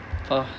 ah